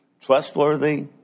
trustworthy